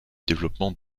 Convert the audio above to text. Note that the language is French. développement